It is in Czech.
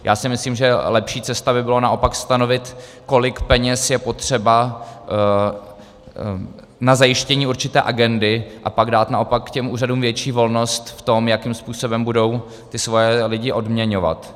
Já si myslím, že naopak lepší cesta by bylo naopak stanovit, kolik peněz je potřeba na zajištění určité agendy, a pak dát naopak těm úřadům větší volnost v tom, jakým způsobem budou ty svoje lidi odměňovat.